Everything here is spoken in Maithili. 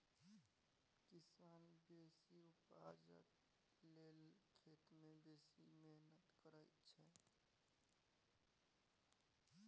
किसान बेसी उपजा लेल खेत मे बेसी मेहनति करय छै